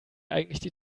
eigentlich